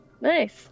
Nice